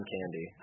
Candy